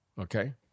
Okay